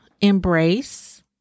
embrace